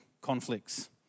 conflicts